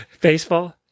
Baseball